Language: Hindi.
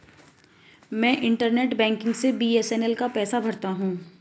मैं इंटरनेट बैंकिग से बी.एस.एन.एल का पैसा भरता हूं